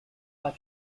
are